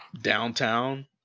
Downtown